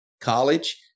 college